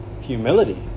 humility